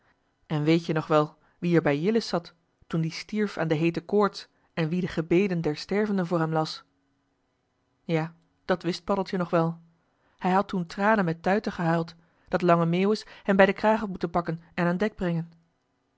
en weet-je nog wel wie er bij jillis zat toen die stierf aan de heete koorts en wie de gebeden der stervenden voor hem las ja dat wist paddeltje nog wel hij had toen tranen met tuiten gehuild dat lange meeuwis hem bij den kraag had moeten pakken en aan dek brengen